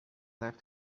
left